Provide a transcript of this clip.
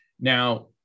now